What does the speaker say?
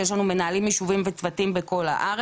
אני מנהלת את אגף מניעה, טיפול ושיקום.